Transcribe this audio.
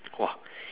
!wah!